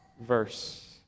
Verse